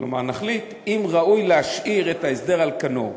אם ראוי להשאיר את ההסדר על כנו.